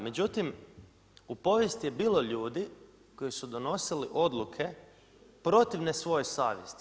Međutim, u povijesti je bilo ljudi koji su donosili odluke protivne svojoj savjesti.